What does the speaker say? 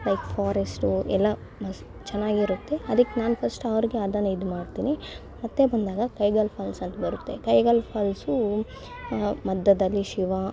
like forest ಎಲ್ಲ ಮಸ್ತ್ ಚೆನ್ನಾಗಿರುತ್ತೆ ಅದಕ್ಕೆ ನಾನು ಫಸ್ಟ್ ಅವ್ರಿಗೆ ಅದನ್ನೇ ಇದ್ಮಾಡ್ತೀನಿ ಮತ್ತೆ ಬಂದಾಗ ಕೈಗಲ್ಲು ಫಾಲ್ಸ್ ಅಂತ ಬರುತ್ತೆ ಕೈಗಲ್ಲು ಫಾಲ್ಸು ಮಧ್ಯದಲ್ಲಿ ಶಿವ